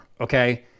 okay